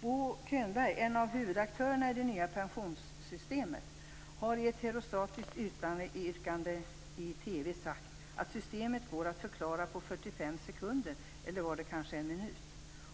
Bo Könberg, en av huvudaktörerna i det nya pensionssystemet har i ett herostratiskt yttrande i TV sagt att systemet går att förklara på 45 sekunder, eller kanske var det en minut.